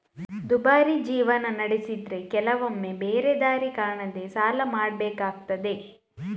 ದುಬಾರಿ ಜೀವನ ನಡೆಸಿದ್ರೆ ಕೆಲವೊಮ್ಮೆ ಬೇರೆ ದಾರಿ ಕಾಣದೇ ಸಾಲ ಮಾಡ್ಬೇಕಾಗ್ತದೆ